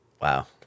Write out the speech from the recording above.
wow